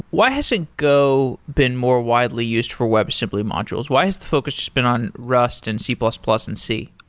why hasn't go been more widely used for web assembly modules? why has the focus just been on rust and c plus plus and c?